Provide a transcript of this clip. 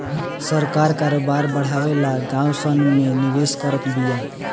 सरकार करोबार बड़ावे ला गाँव सन मे निवेश करत बिया